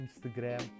Instagram